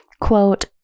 quote